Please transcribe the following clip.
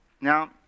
Now